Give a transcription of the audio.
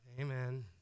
Amen